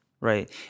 right